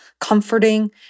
comforting